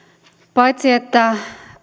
paitsi että